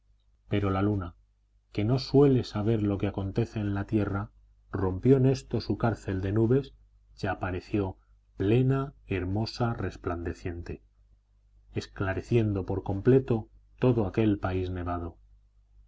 pero la luna que no suele saber lo que acontece en la tierra rompió en esto su cárcel de nubes y apareció plena hermosa resplandeciente esclareciendo por completo todo aquel país nevado